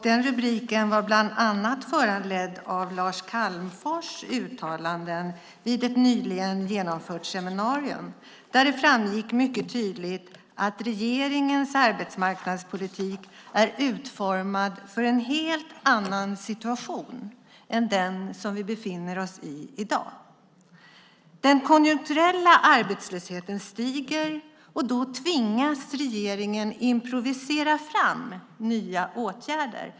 Den rubriken var bland annat föranledd av Lars Calmfors uttalanden vid ett nyligen genomfört seminarium där det framgick mycket tydligt att regeringens arbetsmarknadspolitik är utformad för en helt annan situation än den som vi i dag befinner oss i. Den konjunkturella arbetslösheten stiger, och då tvingas regeringen improvisera fram nya åtgärder.